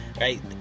right